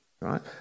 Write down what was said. right